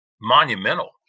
monumental